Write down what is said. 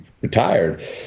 retired